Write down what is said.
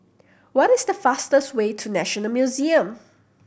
what is the fastest way to National Museum